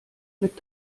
mit